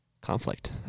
Conflict